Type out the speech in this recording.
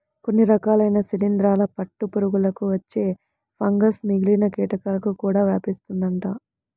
కొన్ని రకాలైన శిలీందరాల పట్టు పురుగులకు వచ్చే ఫంగస్ మిగిలిన కీటకాలకు కూడా వ్యాపిస్తుందంట